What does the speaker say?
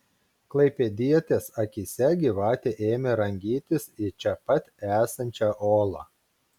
klaipėdietės akyse gyvatė ėmė rangytis į čia pat esančią olą